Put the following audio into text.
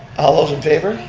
all those in favor?